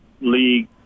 league